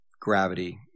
gravity